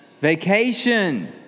Vacation